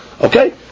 Okay